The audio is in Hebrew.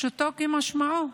פשוטו כמשמעו.